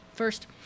First